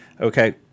Okay